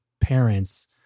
parents